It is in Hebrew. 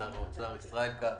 שר האוצר ישראל כץ,